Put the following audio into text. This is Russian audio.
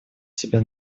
себя